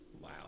Wow